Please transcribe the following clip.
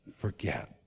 forget